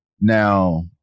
Now